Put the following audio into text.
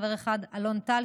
חבר אחד: אלון טל,